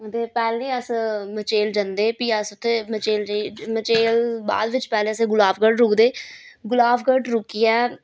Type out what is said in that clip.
ते पैह्ले अस मचेल जन्दे फ्ही अस उत्थै मचेल जाई मचेल बाद बिच्च पैह्ले अस गुलाबगढ़ रुकदे गुलाबगढ़ रुकियै